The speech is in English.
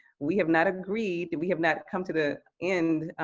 we have not agreed, we have not come to the end,